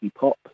pop